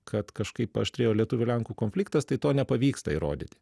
kad kažkaip paaštrėjo lietuvių lenkų konfliktas tai to nepavyksta įrodyti